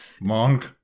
monk